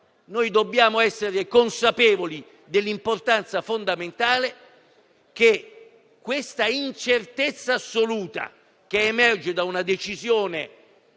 Noi dobbiamo essere consapevoli dell'importanza fondamentale che l'incertezza assoluta che emerge da una decisione